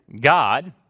God